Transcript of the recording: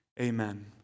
Amen